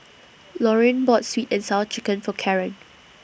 Lauryn bought Sweet and Sour Chicken For Karen